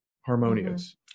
harmonious